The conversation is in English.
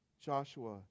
Joshua